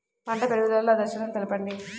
పంట పెరుగుదల దశలను తెలపండి?